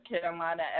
Carolina